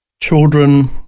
children